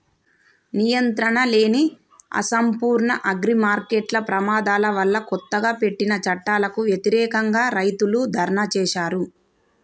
నియంత్రణలేని, అసంపూర్ణ అగ్రిమార్కెట్ల ప్రమాదాల వల్లకొత్తగా పెట్టిన చట్టాలకు వ్యతిరేకంగా, రైతులు ధర్నా చేశారు